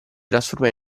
trasforma